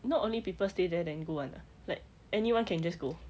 not only people stay there then go [one] ah like anyone can just go